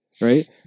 right